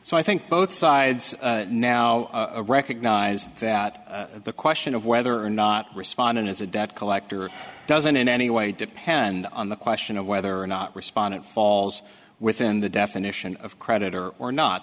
so i think both sides now recognize that the question of whether or not respondent is a debt collector doesn't in any way depend on the question of whether or not respondent falls within the definition of creditor or not